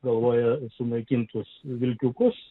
galvoje sunaikintus vilkiukus